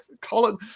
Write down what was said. colin